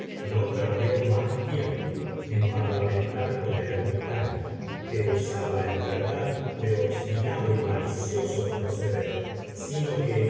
no perdió más tiempo en parlamentar con el ermitaño que usaba en verdad de obstinado y malicioso proceder sino que